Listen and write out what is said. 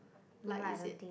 like is it